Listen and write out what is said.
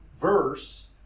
verse